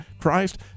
christ